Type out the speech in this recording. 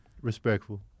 respectful